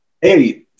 Hey